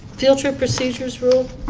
field trip procedures rule.